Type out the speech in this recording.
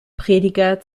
prediger